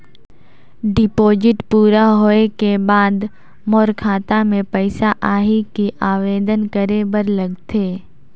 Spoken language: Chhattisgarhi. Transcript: डिपॉजिट पूरा होय के बाद मोर खाता मे पइसा आही कि आवेदन करे बर लगथे?